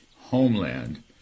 homeland